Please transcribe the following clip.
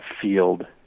field